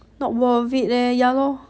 not worth it leh ya lor